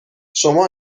شما